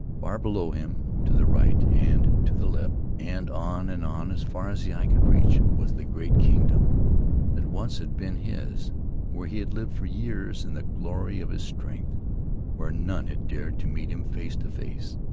far below him, to the right and to the left and on and on as far as the eye could reach, was the great kingdom that once had been his where he had lived for years in the glory of his strength where none had dared to meet him face to face.